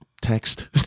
text